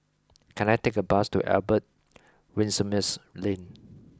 can I take a bus to Albert Winsemius Lane